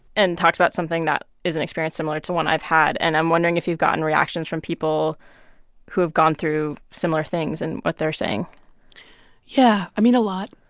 and talks about something that is an experience similar to one i've had. and i'm wondering if you've gotten reactions from people who have gone through similar things and what they're saying yeah. i mean, a lot.